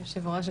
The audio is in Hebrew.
היושבת-ראש,